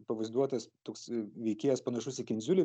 pavaizduotas toks veikėjas panašus į kindziulį